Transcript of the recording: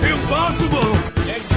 Impossible